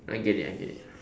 I get it I get it